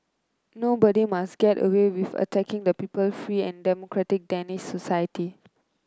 nobody must get away with attacking the people free and democratic Danish society